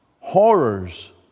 horrors